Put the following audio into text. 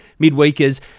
Midweekers